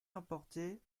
importait